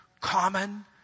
common